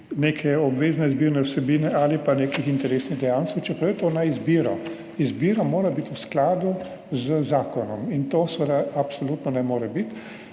neke obvezne izbirne vsebine ali pa nekih interesnih dejavnosti, čeprav je to na izbiro. Izbira mora biti v skladu z zakonom in to seveda absolutno ne more biti.